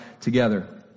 together